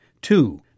Two